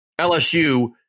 LSU